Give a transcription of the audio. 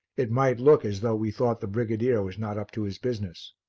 it might look as though we thought the brigadier was not up to his business.